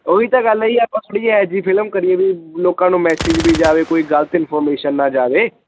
ਉਹੀ ਤਾਂ ਗੱਲ ਹੈ ਜੀ ਆਪਾਂ ਥੋੜ੍ਹੀ ਇਹ ਜਿਹੀ ਫਿਲਮ ਕਰੀਏ ਵੀ ਲੋਕਾਂ ਨੂੰ ਮੈਸੇਜ ਵੀ ਜਾਵੇ ਕੋਈ ਗਲਤ ਇਨਫੋਰਮੇਸ਼ਨ ਨਾ ਜਾਵੇ